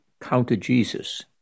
counter-Jesus